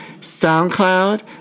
SoundCloud